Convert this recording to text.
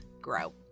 grow